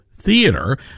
theater